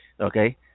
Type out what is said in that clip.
Okay